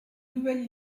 nouvelle